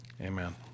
Amen